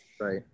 right